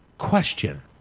question